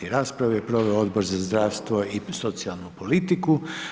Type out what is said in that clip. Raspravu je proveo Odbor za zdravstvo i socijalnu politiku.